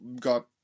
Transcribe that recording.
got